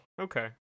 Okay